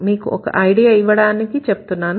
మీకు ఒక ఐడియా ఇవ్వడానికి చెప్తున్నాను